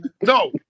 no